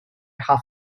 half